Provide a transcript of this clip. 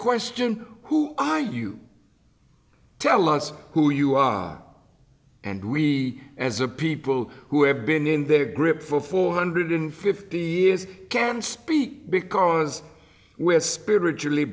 question who are you tell us who you are and we as a people who have been in their grip for four hundred fifty years can speak because we're spiritually